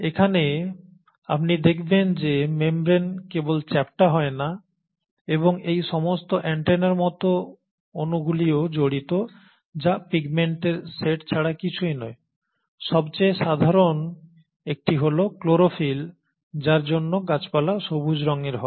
এখানে আপনি দেখবেন যে মেমব্রেন কেবল চ্যাপ্টা হয় না এবং এই সমস্ত অ্যান্টেনার মত অনুগুলিও জড়িত যা পিগমেন্টের সেট ছাড়া কিছুই নয় সবচেয়ে সাধারণ একটি হল ক্লোরোফিল যার জন্য গাছপালা সবুজ রঙের হয়